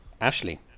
Ashley